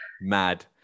mad